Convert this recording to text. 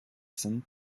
sind